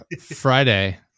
Friday